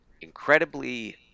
incredibly